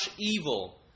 evil